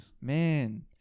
Man